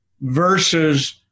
Versus